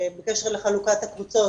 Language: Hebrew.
בקשר לחלוקת הקבוצות,